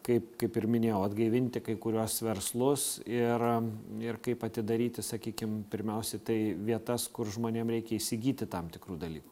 kaip kaip ir minėjau atgaivinti kai kuriuos verslus ir ir kaip atidaryti sakykim pirmiausia tai vietas kur žmonėm reikia įsigyti tam tikrų dalykų